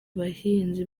bahinzi